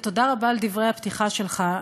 ותודה רבה על דברי הפתיחה שלך,